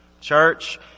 Church